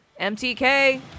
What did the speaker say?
MTK